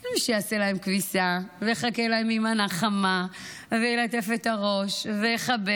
אין מי שיעשה להם כביסה ויחכה להם עם מנה חמה וילטף את הראש ויחבק.